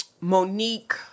Monique